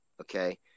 Okay